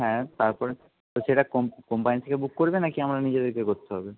হ্যাঁ তারপরে সেটা কোম্পানি থেকে বুক করবে নাকি আমারা নিজেদেরকে করতে হবে